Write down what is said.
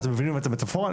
אתם מבינים את המטאפורה,